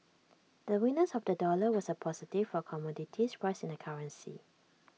the weakness of the dollar was A positive for commodities priced in the currency